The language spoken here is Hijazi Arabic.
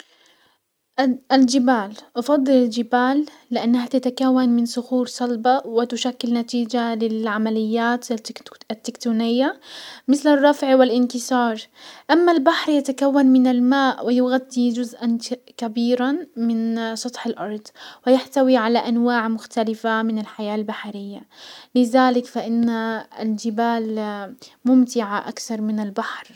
ال-الجبال افضل الجبال، لانها تتكون من صخور صلبة وتشكل نتيجة للعمليات التكتونية مسل الرفع والانكسار، اما البحر يتكون من الماء ويغطي جزءا كبيرا من سطح الارض ويحتوي على انواع مختلفة من الحياة البحرية، لزلك فان الجبال ممتعة اكثر من البحر.